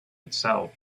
itself